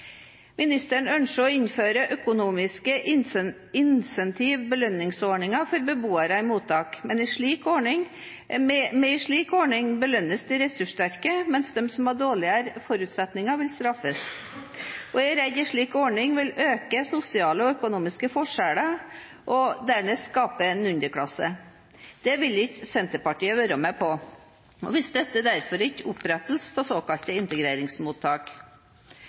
Ministeren ønsker å innføre økonomiske incentiver/belønningsordninger for beboere i mottak. Med en slik ordning belønnes de ressurssterke, mens de som har dårligere forutsetninger, vil bli straffet. Jeg er redd en slik ordning vil øke sosiale og økonomiske forskjeller – og dernest skape en underklasse. Det vil Senterpartiet ikke være med på. Vi støtter derfor ikke opprettelsen av såkalte integreringsmottak.